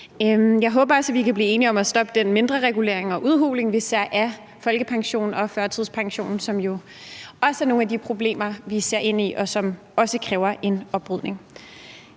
Jeg håber også, at vi kan blive enige om at stoppe den mindreregulering og udhuling af folkepensionen og førtidspensionen, som vi ser, da det jo også er nogle af de problemer, vi ser ind i, og som også kræver en oprydning.